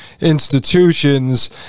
institutions